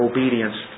Obedience